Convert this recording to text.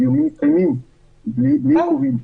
והדיונים מתקיימים בלי עיכובים.